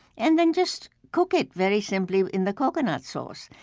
and then just cook it very simply in the coconut sauce.